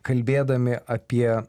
kalbėdami apie